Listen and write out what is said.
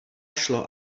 šlo